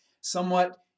somewhat